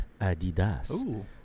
Adidas